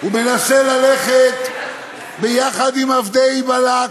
הוא מנסה ללכת יחד עם עבדי בלק,